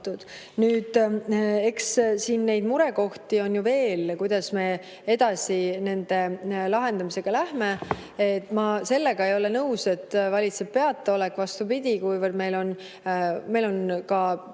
Nüüd, eks siin neid murekohti on veel, kuidas me edasi nende lahendamisega läheme. Ma sellega ei ole nõus, et valitseb peataolek, vastupidi, kuivõrd meil on ka